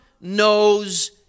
knows